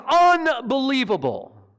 unbelievable